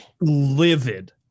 livid